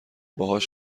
باهاش